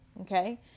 Okay